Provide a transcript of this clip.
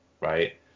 Right